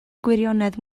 gwirionedd